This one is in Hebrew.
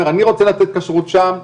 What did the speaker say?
אומר: אני רוצה לתת כשרות שם,